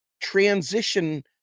transition